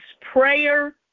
prayer